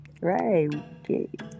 Right